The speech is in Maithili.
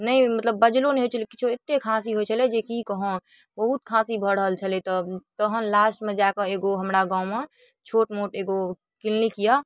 नहि मतलब बजलो नहि होइ छलै किछु एतेक खाँसी होइ छलै जे कि कहू बहुत खाँसी भऽ रहल छलै तऽ तहन लास्टमे जाकऽ ओ हमरा गाममे छोटमोट एगो क्लिनिक अइ